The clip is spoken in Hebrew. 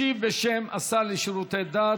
ישיב, בשם השר לשירותי דת,